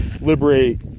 liberate